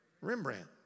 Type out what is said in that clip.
Rembrandt